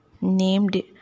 named